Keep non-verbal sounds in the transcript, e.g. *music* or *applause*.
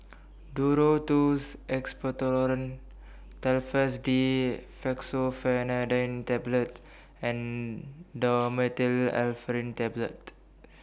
Duro Tuss Expectorant Telfast D Fexofenadine Tablets and Dhamotil *unintelligible* Tablet